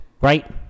right